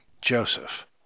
Joseph